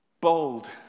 bold